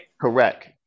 correct